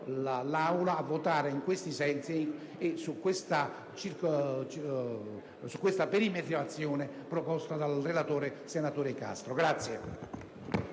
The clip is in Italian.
l'Aula a votare in questo senso e per questa perimetrazione proposta dal relatore, senatore Castro.